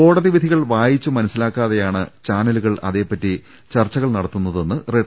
കോടതി വിധികൾ വായിച്ചു മനസിലാക്കാതെയാണ് ചാനലുകൾ അതെപറ്റി ചർച്ചകൾ നടത്തുന്നതെന്ന് റിട്ട